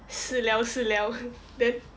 死了死了 then